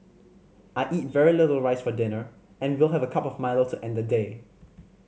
I eat very little rice for dinner and will have a cup of Milo to end the day